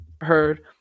Heard